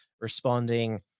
responding